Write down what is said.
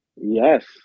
Yes